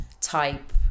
type